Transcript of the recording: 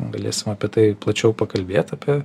galėsim apie tai plačiau pakalbėt apie